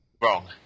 Wrong